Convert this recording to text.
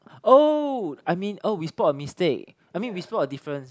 oh I mean oh we spot a mistake I mean we spot a difference